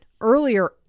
Earlier